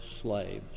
slaves